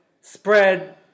spread